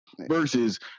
versus